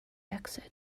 exit